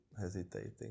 hesitating